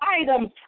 items